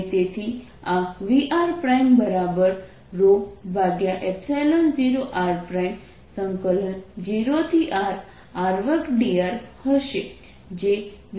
અને તેથી આ Vr0r0Rr2dr હશે જે VrR330r છે